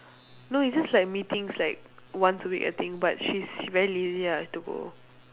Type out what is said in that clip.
no it's just like meetings like once a week I think but she's she very lazy ah to go